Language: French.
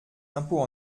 impôts